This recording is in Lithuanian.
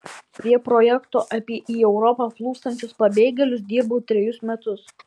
prie projekto apie į europą plūstančius pabėgėlius dirbau trejus metus